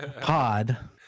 pod